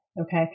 Okay